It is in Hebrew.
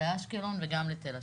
לאשקלון וגם לתל השומר.